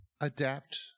adapt